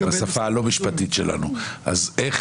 יכולים לומר לבית המשפט העליון אל תיגע בנושא הזה,